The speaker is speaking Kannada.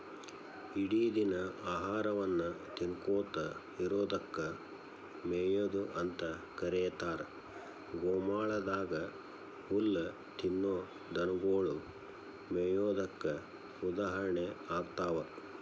ಇಡಿದಿನ ಆಹಾರವನ್ನ ತಿನ್ನಕೋತ ಇರೋದಕ್ಕ ಮೇಯೊದು ಅಂತ ಕರೇತಾರ, ಗೋಮಾಳದಾಗ ಹುಲ್ಲ ತಿನ್ನೋ ದನಗೊಳು ಮೇಯೋದಕ್ಕ ಉದಾಹರಣೆ ಆಗ್ತಾವ